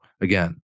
again